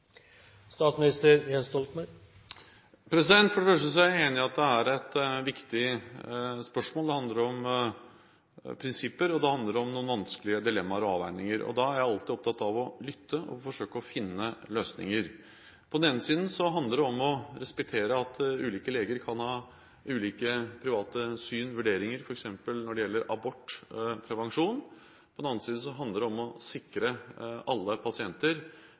For det første er jeg enig i at det er et viktig spørsmål. Det handler om prinsipper, og det handler om noen vanskelige dilemmaer og avveininger. Da er jeg alltid opptatt av å lytte og forsøke å finne løsninger. På den ene siden handler det om å respektere at ulike leger kan ha ulike private syn og vurderinger f.eks. når det gjelder abort og prevensjon. På den annen side handler det om å sikre alle pasienter